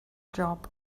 job